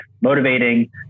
motivating